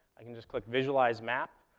i can just click visualize map,